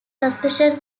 suspension